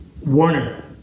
Warner